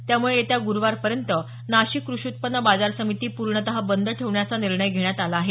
त्यामुळे येत्या गुरुवारपर्यंत नाशिक कृषी उत्पन्न बाजार समिती पूर्णत बंद ठेवण्याचा निर्णय घेण्यात आला आहे